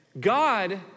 God